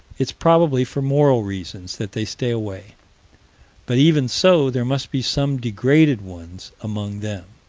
it's probably for moral reasons that they stay away but even so, there must be some degraded ones among them.